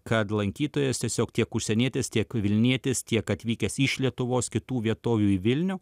kad lankytojas tiesiog tiek užsienietis tiek vilnietis tiek atvykęs iš lietuvos kitų vietovių į vilnių